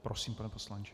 Prosím, pane poslanče.